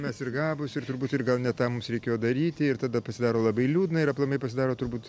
mes ir gabūs ir turbūt ir gal ne tą mums reikėjo daryti ir tada pasidaro labai liūdna ir aplamai pasidaro turbūt